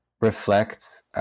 reflect